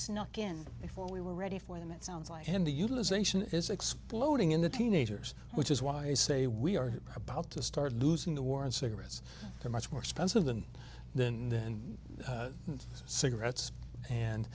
snuck in before we were ready for them it sounds like and the utilization is exploding in the teenagers which is why i say we are about to start losing the war and cigarettes are much more expensive than than than cigarettes and